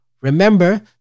Remember